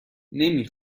نمی